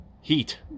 heat